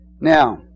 Now